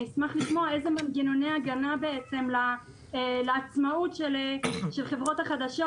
אשמח לשמוע איזה מנגנוני הגנה לעצמאות של חברות החדשות